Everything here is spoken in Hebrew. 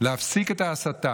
להפסיק את ההסתה.